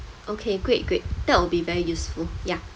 okay great great that will be very useful ya